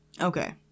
Okay